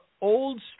old